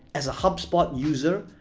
as a hubspot user,